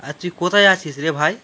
আর তুই কোথায় আছিস রে ভাই